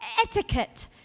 etiquette